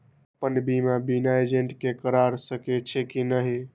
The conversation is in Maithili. अपन बीमा बिना एजेंट के करार सकेछी कि नहिं?